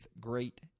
great